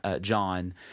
John